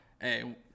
hey